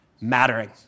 mattering